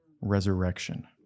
resurrection